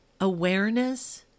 Awareness